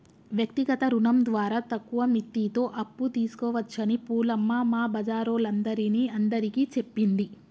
వ్యక్తిగత రుణం ద్వారా తక్కువ మిత్తితో అప్పు తీసుకోవచ్చని పూలమ్మ మా బజారోల్లందరిని అందరికీ చెప్పింది